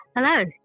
Hello